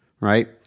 right